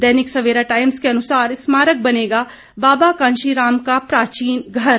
दैनिक Savera Times के अनुसार स्मारक बनेगा बाबा कांशी राम का प्राचीन घर